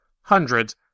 hundreds